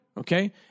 Okay